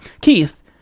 Keith